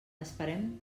esperem